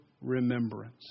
remembrance